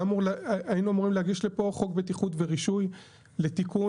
היינו אמורים להגיש לפה חוק בטיחות ורישוי לתיקון,